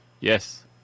Yes